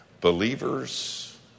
Believers